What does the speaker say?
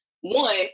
One